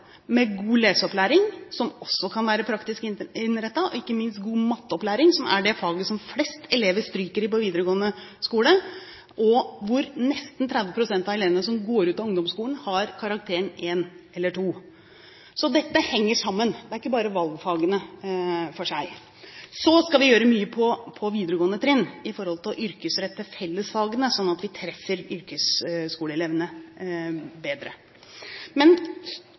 med god leseopplæring, som også kan være praktisk innrettet, og ikke minst god opplæring i matte, som er det faget som flest elever stryker i på videregående skole, og hvor nesten 30 pst. av elevene som går ut av ungdomsskolen, har karakteren 1 eller 2. Så dette henger sammen, det gjelder ikke bare valgfagene. Så skal vi gjøre mye på videregående trinn for å yrkesrette fellesfagene slik at vi treffer yrkesskoleelevene bedre.